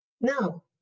No